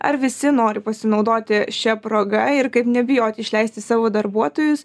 ar visi nori pasinaudoti šia proga ir kaip nebijot išleisti savo darbuotojus